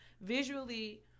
visually